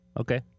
Okay